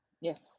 yes